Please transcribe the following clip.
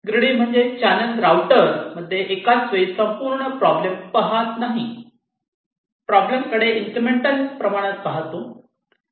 greedy channel router म्हणजे एकाच वेळी संपूर्ण प्रॉब्लेम पहात नाही प्रॉब्लेमकडे इनक्रेमेंटल्य प्रमाणात पाहतो